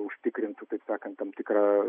užtikrintų taip sakant tam tikrą